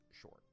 short